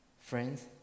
Friends